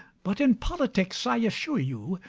but in politics, i assure you,